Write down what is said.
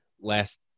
Last